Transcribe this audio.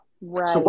Right